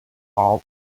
all